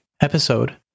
episode